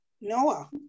Noah